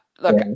look